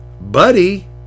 buddy